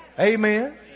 Amen